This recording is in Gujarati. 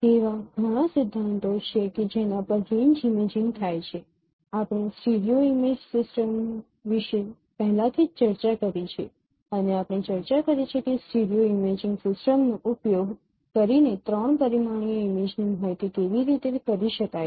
એવા ઘણા સિદ્ધાંતો છે કે જેના પર રેન્જ ઇમેજિંગ થાય છે આપણે સ્ટીરિયો ઇમેજિંગ સિસ્ટમ વિશે પહેલાથી જ ચર્ચા કરી છે અને આપણે ચર્ચા કરી છે કે સ્ટીરિયો ઇમેજિંગ સિસ્ટમનો ઉપયોગ કરીને ૩ પરિમાણીય ઇમેજની માહિતીની ગણતરી કેવી રીતે કરી શકાય